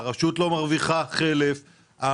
הרשות לא מרוויחה חלף,